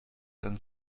dann